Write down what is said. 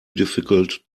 difficult